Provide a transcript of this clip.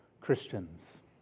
Christians